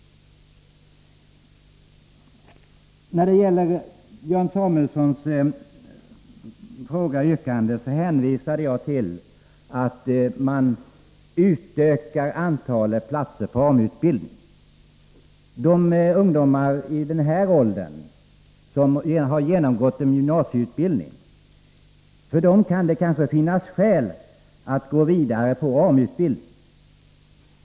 När det gäller Björn Samuelsons fråga och yrkande hänvisar jag till att man utökar antalet platser på AMU-utbildningen. För de ungdomar som är i den aktuella åldern och som har genomgått en gymnasieutbildning kan det kanske finnas skäl att gå vidare på AMU-utbildning.